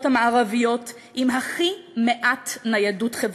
המערביות עם הכי מעט ניידות חברתית.